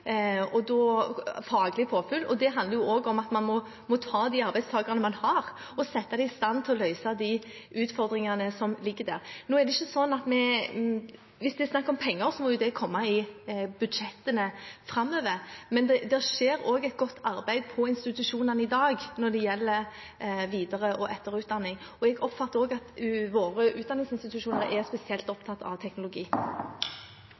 faglig påfyll. Det handler også om å sette de arbeidstakerne man har, i stand til å løse de utfordringene som ligger der. Hvis det er snakk om penger, må jo det komme i budsjettene framover, men det foregår også et godt arbeid i institusjonene i dag når det gjelder videre- og etterutdanning. Jeg oppfatter også at våre utdanningsinstitusjoner er spesielt